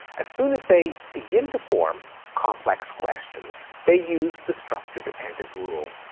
as soon as they begin to form complex questions, they use the structure dependent rule.